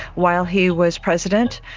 while he was president,